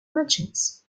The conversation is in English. merchants